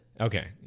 Okay